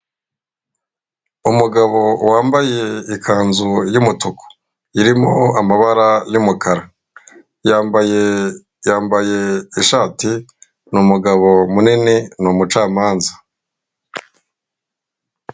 Umugabo wambaye ikanzu y'umutuku irimo amabara y'umukara yambaye yambaye ishati ni umugabo munini ni umucamanza.